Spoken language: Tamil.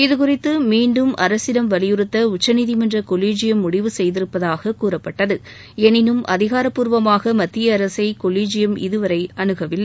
இது குறித்து மீண்டும் அரசி வலியுறுத்த உச்சநீதிமன்ற கொலிஜியம் முடிவு செய்திருப்பதாக கூறப்பட்டது எனினும் அதிகாரப்பூர்வமாக மத்திய அரசை கொலிஜியம் இது வரை அனுகவில்லை